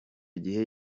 gihe